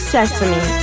Sesame